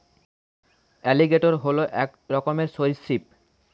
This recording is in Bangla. অ্যালিগেটর হল এক রকমের সরীসৃপ